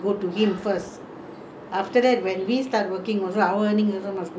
when we were working in the factory ah N_S at the delta there